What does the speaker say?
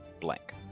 blank